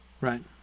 right